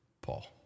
Paul